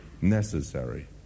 necessary